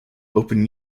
open